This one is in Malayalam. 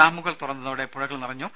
ഡാമുകൾ തുറന്നതോടെ പുഴകൾ നിറഞ്ഞു